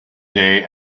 day